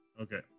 Okay